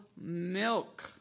milk